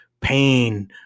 pain